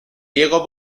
diego